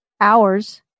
hours